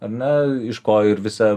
ar ne iš ko ir visa